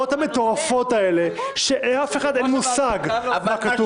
החוברות המטורפות האלה שלאף אחד אין מושג מה כתוב שם.